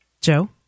Joe